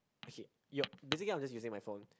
he yup basically I'm just using my phone